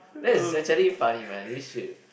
that is actually funny man you should